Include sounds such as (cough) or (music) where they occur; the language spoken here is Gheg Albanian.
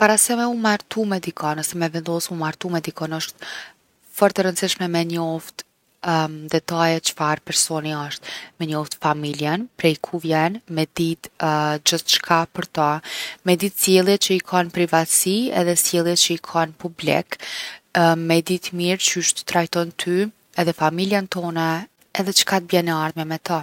Para se me u martu me dikon ose me vendos me u martu me dikon osht shum’ e rëndsishme me njoft (hesitation) detaje çfarë personi osht. Me njoft familjen, prej ku vjen. Me dit’ gjithçka për to. Met dit’ sjelljen që i ka n’privatsi edhe sjelljet që i ka n’publik. Me e ditë mirë qysh t’trajton ty edhe familjen tone edhe çka t’bjen e ardhmja me to.